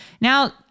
Now